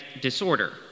disorder